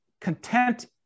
content